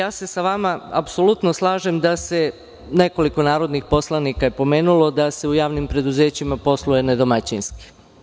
Apsolutno se slažem sa vama, nekoliko narodnih poslanika je pomenulo, da se u javnim preduzećima posluje nedomaćinski.